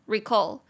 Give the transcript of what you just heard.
Recall